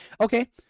okay